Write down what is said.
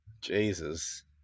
Jesus